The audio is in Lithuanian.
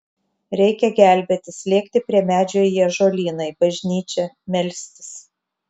reikia gelbėtis lėkti prie medžių į ąžuolyną į bažnyčią melstis